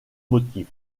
motifs